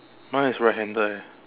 mine is right handed eh